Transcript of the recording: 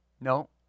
No